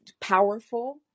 powerful